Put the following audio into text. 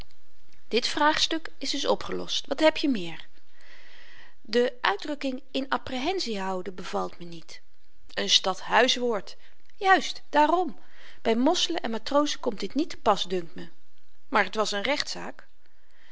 dit vraagstuk is dus opgelost wat heb je meer de uitdrukking in apprehensie houden bevalt me niet n stadhuiswoord juist daarom by mosselen en matrozen komt dit niet te pas dunkt me maar t was n rechtzaak